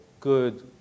good